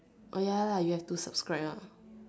oh ya lah you have to subscribe one